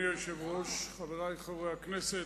אדוני היושב-ראש, חברי חברי הכנסת,